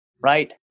right